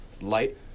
light